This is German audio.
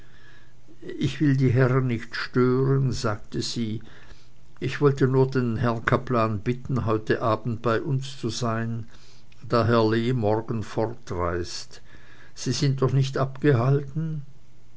ich will die herren nicht stören sagte sie und wollte nur den herrn kaplan bitten heute abend bei uns zu sein da herr lee morgen fortreist sie sind doch nicht abgehalten